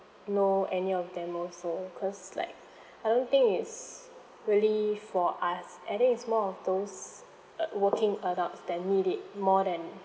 know any of them also cause like I don't think it's really for us and it is more of those uh working adults that need it more than